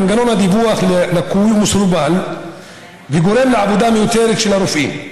מנגנון הדיווח לקוי ומסורבל וגורם לעבודה מיותרת של הרופאים.